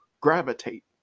gravitate